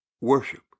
Worship